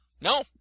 No